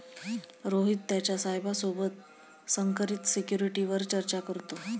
रोहित त्याच्या साहेबा सोबत संकरित सिक्युरिटीवर चर्चा करतो